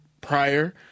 prior